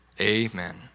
Amen